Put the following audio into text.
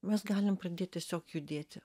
mes galim pradėti tiesiog judėti